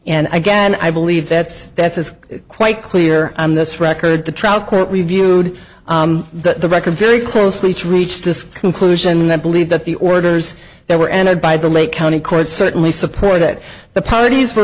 and again i believe that that's is quite clear on this record the trial court reviewed the record very closely to reach this conclusion that believe that the orders that were entered by the lake county court certainly support that the parties were